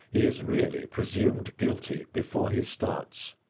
he is really presumed guilty before he starts.